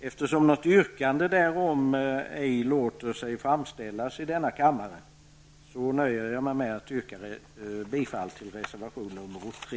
Eftersom något yrkande därom inte låter sig framställas i denna kammare nöjer jag mig med att yrka bifall till reservation 3.